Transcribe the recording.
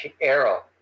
arrow